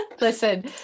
Listen